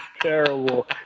terrible